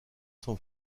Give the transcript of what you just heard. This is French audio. sont